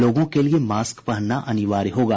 लोगों के लिए मास्क पहनना अनिवार्य होगा